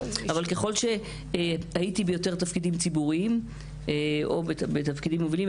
אבל ככל שהייתי יותר בתפקידים ציבוריים או בתפקידים מובילים,